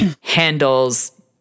handles